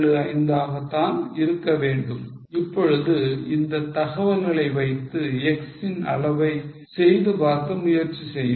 875 ஆக தான் இருக்க வேண்டும் இப்பொழுது இந்த தகவல்களை வைத்து x ன் அளவையை செய்து பார்க்க முயற்சி செய்யுங்கள்